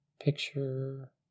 Picture